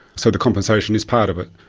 so the compensation is part of it,